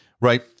Right